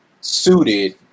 suited